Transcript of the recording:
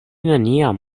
neniam